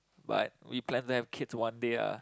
but we plan to have kids one day ah